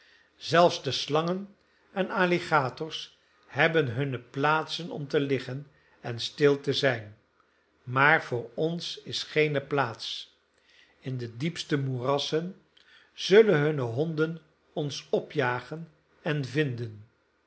zelfs de slangen en alligators hebben hunne plaatsen om te liggen en stil te zijn maar voor ons is er geene plaats in de diepste moerassen zullen hunne honden ons opjagen en vinden